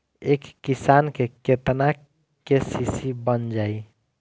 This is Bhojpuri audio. एक किसान के केतना के.सी.सी बन जाइ?